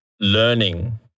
learning